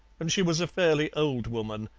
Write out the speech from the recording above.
and she was a fairly old woman,